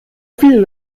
viel